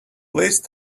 please